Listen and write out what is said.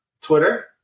Twitter